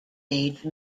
age